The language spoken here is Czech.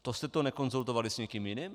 To jste to nekonzultovali s nikým jiným?